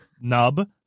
nub